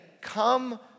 Come